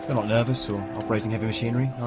not nervous, or operating heavy machinery, are